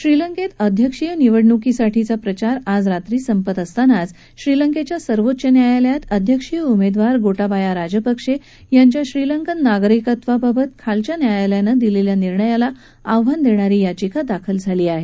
श्रीलंकेत अध्यक्षीय निवडणुकीसाठीचा प्रचार आज रात्री संपत असतानाच श्रीलंकेच्या सर्वोच्च न्यायालयात अध्यक्षीय उमेदवार गोटाबाया राजपक्षे यांच्या श्रीलंकन नागरिकत्वाबाबत खालच्या न्यायालयानं दिलेल्या निर्णयाला आव्हान देणारी याचिका दाखल झाली आहे